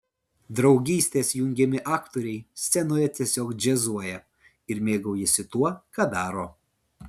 draugystės jungiami aktoriai scenoje tiesiog džiazuoja ir mėgaujasi tuo ką daro